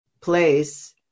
place